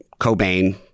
Cobain